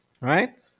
right